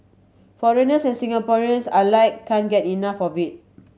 foreigners and Singaporeans alike can get enough of it